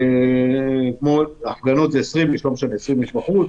כמו הפגנות שזה 20 איש בחוץ.